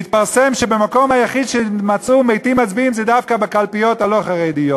והתפרסם שבמקום היחיד שמצאו מתים מצביעים זה דווקא בקלפיות הלא-חרדיות,